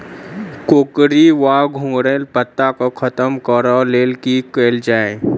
कोकरी वा घुंघरैल पत्ता केँ खत्म कऽर लेल की कैल जाय?